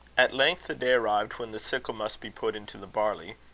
at length the day arrived when the sickle must be put into the barley,